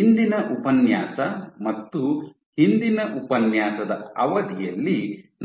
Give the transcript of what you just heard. ಇಂದಿನ ಉಪನ್ಯಾಸ ಮತ್ತು ಹಿಂದಿನ ಉಪನ್ಯಾಸದ ಅವಧಿಯಲ್ಲಿ